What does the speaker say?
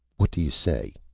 what do you say?